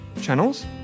channels